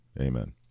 Amen